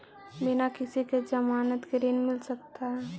बिना किसी के ज़मानत के ऋण मिल सकता है?